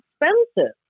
expensive